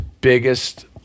biggest